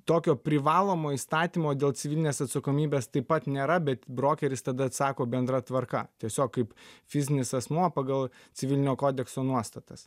tokio privalomo įstatymo dėl civilinės atsakomybės taip pat nėra bet brokeris tada atsako bendra tvarka tiesiog kaip fizinis asmuo pagal civilinio kodekso nuostatas